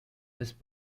ist